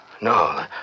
No